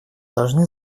должны